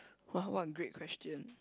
what what a great question